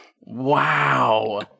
Wow